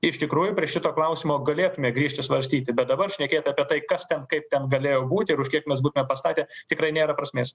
iš tikrųjų prie šito klausimo galėtume grįžti svarstyti bet dabar šnekėt apie tai kas ten kaip ten galėjo būti už kiek mes būtumėm pastatę tikrai nėra prasmės